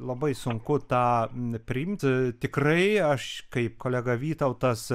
labai sunku tą priimt tikrai aš kaip kolega vytautas